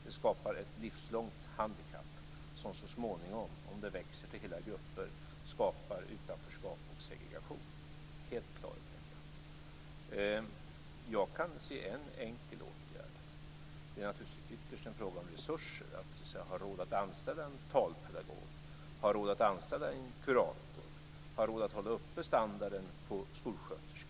Det skapar ett livslångt handikapp som så småningom, om det växer till hela grupper, skapar utanförskap och segregation. Jag är helt klar över detta. Jag kan se en enkel åtgärd. Det är naturligtvis ytterst en fråga om resurser, dvs. att vi har råd att anställa en talpedagog, har råd att anställa en kurator och har råd att hålla uppe standarden när det gäller skolsköterskor.